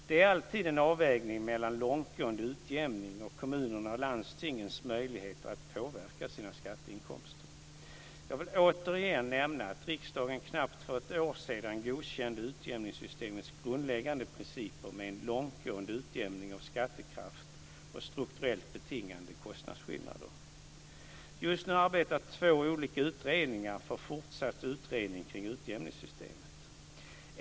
Det är alltid en avvägning mellan långtgående utjämning och kommunernas och landstingens möjligheter att påverka sina skatteinkomster. Jag vill återigen nämna att riksdagen för knappt ett år sedan godkände utjämningssystemets grundläggande principer med en långtgående utjämning av skattekraft och strukturellt betingade kostnadsskillnader. Just nu arbetar två olika utredningar för fortsatt utredning kring utjämningssystemet.